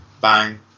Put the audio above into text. bang